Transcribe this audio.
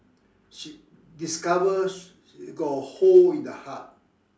she discovers got a hole in the heart